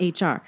HR